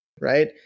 right